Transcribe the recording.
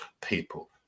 people